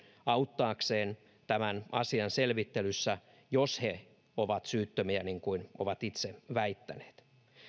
auttaakseen tämän asian selvittelyssä jos he ovat syyttömiä niin kuin ovat itse väittäneet